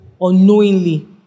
unknowingly